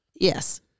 Yes